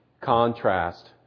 contrast